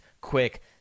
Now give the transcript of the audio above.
quick